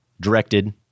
directed